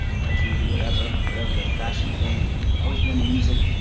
tattoos or whatever, whatever the fashion thing, i'm always been in the music.